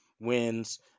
wins